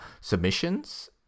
submissions